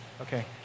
Okay